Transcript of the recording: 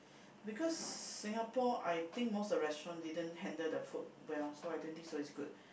because Singapore I think most the restaurant didn't handle the food well so I don't think so is good